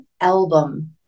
album